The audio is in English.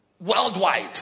worldwide